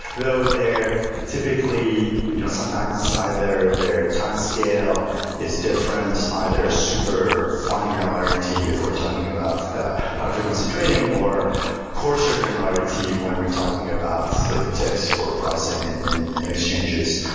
though they're typically you know sometimes either their timescale is different, either super fine granularity if we're talking about ah high-frequency trading or core so when we're talking about sort of text for pricing and and and exchanges.